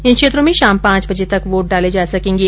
इन क्षेत्रों में शाम पांच बजे तक वोट डाले जा सकेंगे